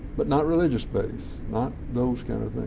but not religious-based. not those kind of things.